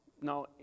Now